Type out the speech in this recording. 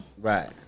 Right